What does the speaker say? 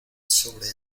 sobre